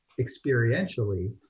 experientially